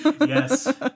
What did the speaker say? Yes